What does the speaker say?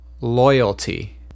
loyalty